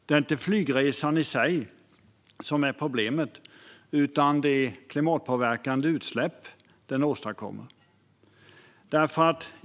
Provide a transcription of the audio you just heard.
Det är inte flygresan i sig som är problemet, utan problemet är de klimatpåverkande utsläpp den åstadkommer.